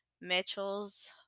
mitchell's